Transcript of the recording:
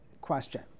question